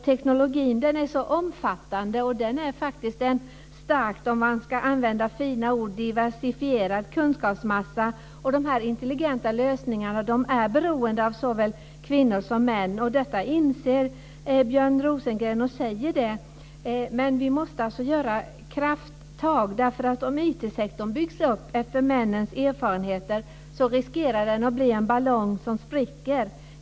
Teknologin är en så omfattande, diversifierad kunskapsmassa att de intelligenta lösningarna är beroende av såväl kvinnor som män. Detta inser Björn Rosengren. Vi måste göra krafttag. Om IT-sektorn byggs upp efter männens erfarenheter riskerar den att bli en ballong som spricker.